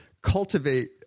cultivate